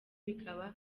bikaba